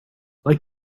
like